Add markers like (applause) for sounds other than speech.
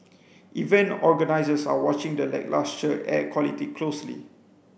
(noise) event organisers are watching the lacklustre air quality closely